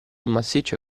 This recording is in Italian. massiccio